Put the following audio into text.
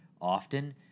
often